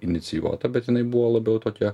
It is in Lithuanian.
inicijuota bet jinai buvo labiau tokia